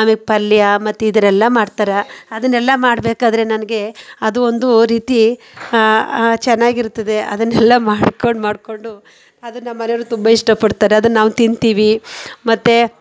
ಆಮೇಲೆ ಪಲ್ಯ ಮತ್ತು ಈ ಥರ ಎಲ್ಲ ಮಾಡ್ತಾರೆ ಅದನ್ನೆಲ್ಲ ಮಾಡಬೇಕಾದ್ರೆ ನನಗೆ ಅದು ಒಂದು ರೀತಿ ಚೆನ್ನಾಗಿರ್ತದೆ ಅದನ್ನೆಲ್ಲ ಮಾಡ್ಕೊಂಡು ಮಾಡಿಕೊಂಡು ಅದು ನಮ್ಮನೆಯವರು ತುಂಬ ಇಷ್ಟಪಡ್ತಾರೆ ಅದನ್ನ ನಾವು ತಿಂತೀವಿ ಮತ್ತು